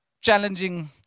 challenging